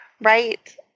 Right